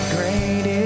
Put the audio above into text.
Great